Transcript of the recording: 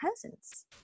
presence